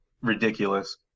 ridiculous